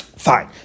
Fine